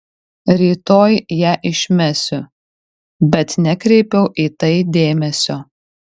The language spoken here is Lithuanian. rytoj ją išmesiu bet nekreipiau į tai dėmesio